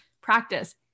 practice